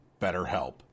BetterHelp